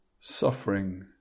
suffering